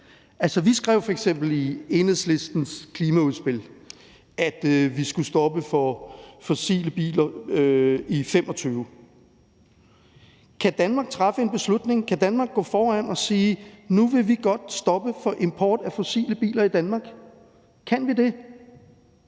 vi skrev f.eks. i Enhedslistens klimaudspil, at vi skulle sætte en stopper for fossile biler i 2025. Kan Danmark træffe en beslutning dér? Kan Danmark gå foran og sige, at nu vil vi godt sætte en stopper for import af fossile biler i Danmark? Kan vi det?